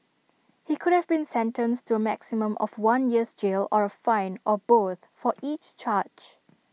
he could have been sentenced to A maximum of one year's jail or A fine or both for each charge